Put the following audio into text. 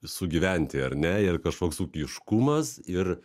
sugyventi ar ne ir kažkoks ūkiškumas ir